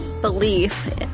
Belief